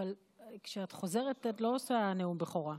אבל כשאת חוזרת את לא עושה נאום בכורה.